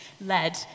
led